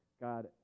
God